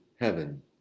heaven